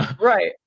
Right